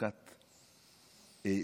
ובחלוקת סוכריות.